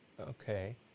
Okay